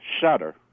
shudder